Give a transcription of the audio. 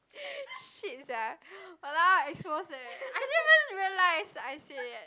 shit sia !walao! expose sia I even didn't realize I say eh